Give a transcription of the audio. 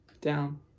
down